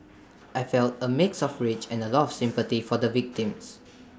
I felt A mix of rage and A lot of sympathy for the victims